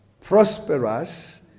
Prosperous